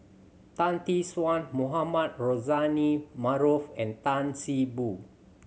Tan Tee Suan Mohamed Rozani Maarof and Tan See Boo